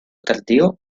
tardío